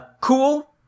cool